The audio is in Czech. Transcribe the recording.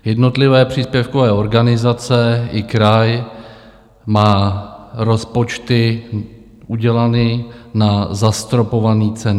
Jednotlivé příspěvkové organizace i kraj mají rozpočty udělané na zastropované ceny.